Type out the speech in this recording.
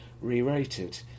re-rated